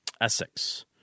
Essex